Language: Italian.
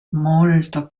molto